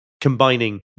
combining